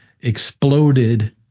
Exploded